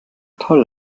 toll